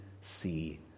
see